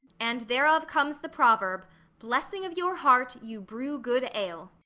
and thereof comes the proverb blessing of your heart, you brew good ale.